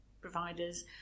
providers